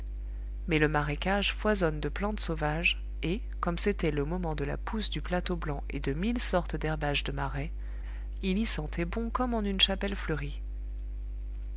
mais le marécage foisonne de plantes sauvages et comme c'était le moment de la pousse du plateau blanc et de mille sortes d'herbages de marais il y sentait bon comme en une chapelle fleurie